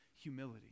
humility